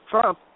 Trump